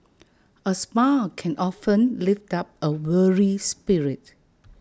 A smile can often lift up A weary spirit